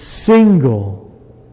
single